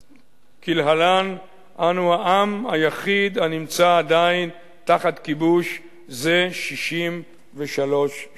כלהלן: אנו העם היחיד הנמצא עדיין תחת כיבוש זה 63 שנים.